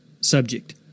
subject